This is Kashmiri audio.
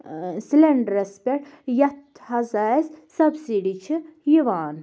ٲں سِلیٚنٛڈرس پٮ۪ٹھ یَتھ ہسا اسہِ سبسیٖڈی چھِ یِوان